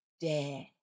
dare